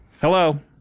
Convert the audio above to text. hello